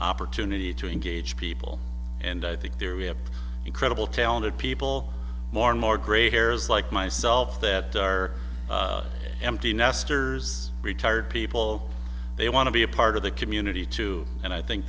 opportunity to engage people and i think there we have incredible talented people more and more gray hairs like myself that are empty nesters retired people they want to be a part of the community too and i think